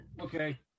Okay